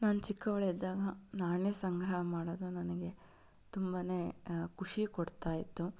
ನಾನು ಚಿಕ್ಕವಳಿದ್ದಾಗ ನಾಣ್ಯ ಸಂಗ್ರಹ ಮಾಡೋದು ನನಗೆ ತುಂಬನೇ ಖುಷಿ ಕೊಡ್ತಾಯಿತ್ತು